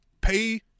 pay